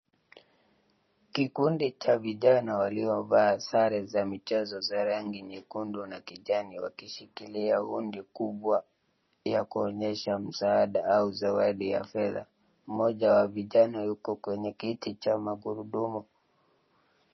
Kikundi cha vijana waliovaa sare za michezo za rangi nyekundu na kijani wakishikilla hudi kubwa ya kuonyesha msaada au zawadi ya fedha. Mmoja wa vijana yuko kwenye kiti cha magurudumu.